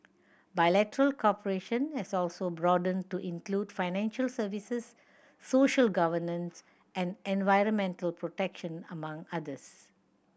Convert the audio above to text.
bilateral cooperation has also broadened to include financial services social governance and environmental protection among others